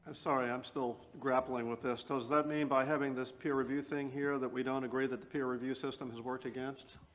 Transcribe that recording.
ah sorry. i'm still grappling with this. does that mean by having this peer review thing here that we don't agree that the peer review system is worked against?